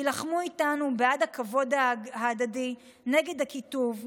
הילחמו איתנו בעד הכבוד ההדדי נגד הקיטוב,